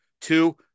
Two